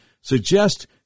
suggest